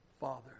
Father